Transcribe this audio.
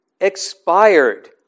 expired